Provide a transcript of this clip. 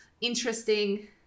interesting